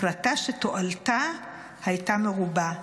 החלטה שתועלתה הייתה מרובה,